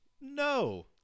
no